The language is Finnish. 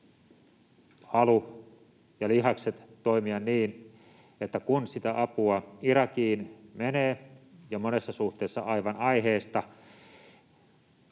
halu ja lihakset toimia tässä niin, että kun sitä apua Irakiin menee — ja monessa suhteessa aivan aiheesta